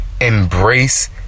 embrace